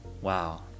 wow